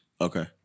Okay